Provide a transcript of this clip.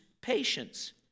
patience